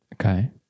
Okay